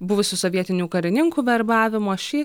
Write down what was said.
buvusių sovietinių karininkų verbavimo šį